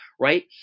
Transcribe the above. Right